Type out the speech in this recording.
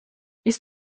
ist